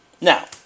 Now